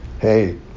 hey